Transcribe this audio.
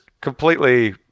completely